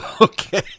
Okay